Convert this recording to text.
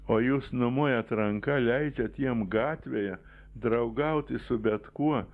o jūs numojat ranka leidžiat jiem gatvėje draugauti su bet kuo